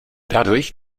dadurch